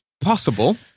possible